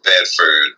Bedford